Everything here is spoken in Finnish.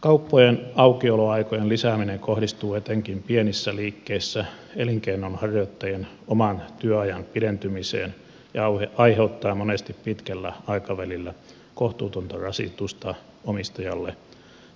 kauppojen aukioloaikojen lisääminen kohdistuu etenkin pienissä liikkeissä elinkeinonharjoittajan oman työajan pidentymiseen ja aiheuttaa monesti pitkällä aikavälillä kohtuutonta rasitusta omistajalle